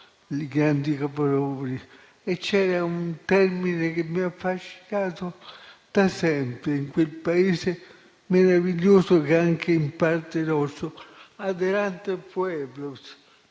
C'era un termine che mi ha affascinato da sempre in quel Paese meraviglioso che è anche in parte nostro: *adelante pueblo*,